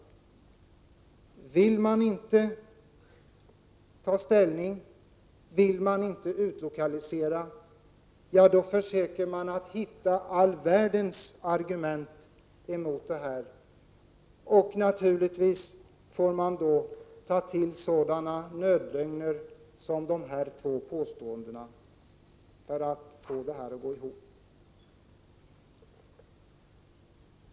Vill man inte ta ställning, vill man inte utlokalisera, försöker man hitta all världens argument emot det. Naturligtvis får man då ta till sådana nödlögner som dessa två påståenden för att få argumenten att räcka till.